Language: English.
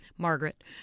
Margaret